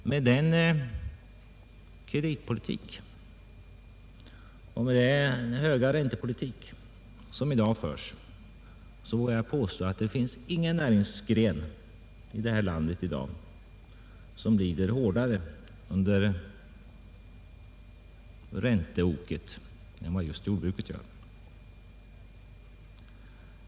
Med den kreditpolitik och den högräntepolitik som i dag förs vågar jag påstå att det inte finns någon näringsgren i detta land i dag som lider hårdare under ränteoket än vad just jordbruket gör.